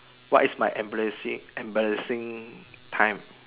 what is my embarrassing embarrassing time